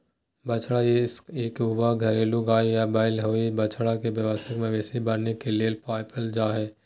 बछड़ा इक युवा घरेलू गाय या बैल हई, बछड़ा के वयस्क मवेशी बने के लेल पालल जा हई